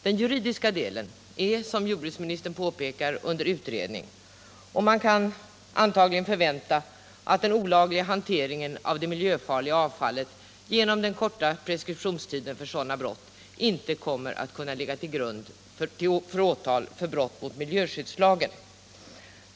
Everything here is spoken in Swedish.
Den juridiska delen är, som jordbruksministern påpekar, under utredning, och man kan antagligen förvänta att den olagliga hanteringen av det miljöfarliga avfallet genom den korta preskriptionstiden för sådana brott inte kommer att kunna ligga till grund för åtal för brott mot miljöskyddslagen.